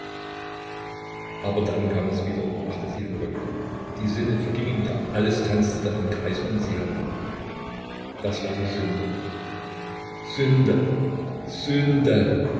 aber dann kam es wieder und machte sie verrückt die sinne vergingen ihr alles tanzte dann in kreisen um sie herum das war die sünde sünde sünde